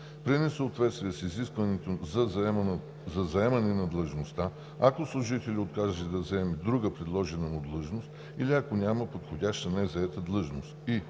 при несъответствие с изискванията за заемане на длъжността, ако служителят откаже да заеме друга предложена му длъжност или ако няма подходяща незаета длъжност;“